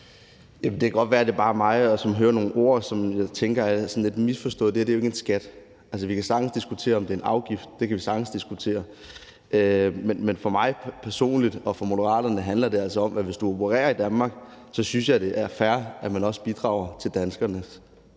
Det kan godt være, det bare er mig, der hører nogle ord, som jeg tænker er sådan lidt misforstået. Det her er jo ikke en skat. Altså, vi kan sagtens diskutere, om det er en afgift; det kan vi sagtens diskutere. Men for mig personligt og for Moderaterne handler det altså om, at hvis du opererer i Danmark, er det fair, at du også bidrager til danskerne.